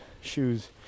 shoes